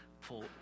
pull